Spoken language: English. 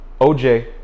OJ